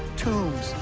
tombs,